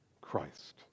Christ